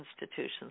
institutions